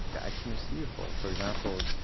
yeah i couldn't see before for example,